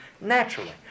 naturally